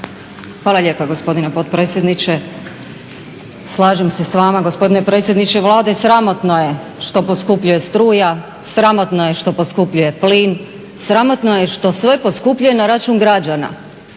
Hvala lijepa, gospodine potpredsjedniče. Slažem se s vama gospodine predsjedniče Vlade, sramotno je što poskupljuje struja, sramotno je što poskupljuje plin, sramotno je što sve poskupljuje na račun građana.